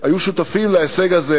היו שותפים להישג הזה